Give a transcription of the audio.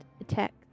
attack